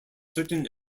certain